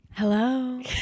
hello